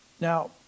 Now